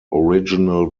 original